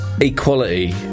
equality